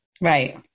Right